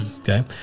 Okay